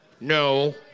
No